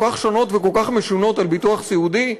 כל כך שונות וכל כך משונות על ביטוח סיעודי,